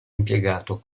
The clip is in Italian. impiegato